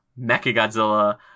Mechagodzilla